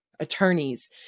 attorneys